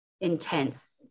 intense